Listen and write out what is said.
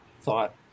thought